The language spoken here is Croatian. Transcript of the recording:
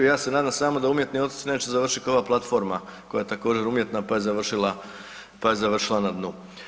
Ja se nadam samo da umjetni otoci neće završiti kao ova platforma koja je također umjetna pa je završila na dnu.